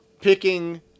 picking